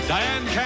Diane